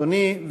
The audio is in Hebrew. אדוני,